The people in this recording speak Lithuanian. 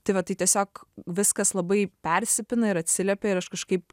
tai va tai tiesiog viskas labai persipina ir atsiliepia ir aš kažkaip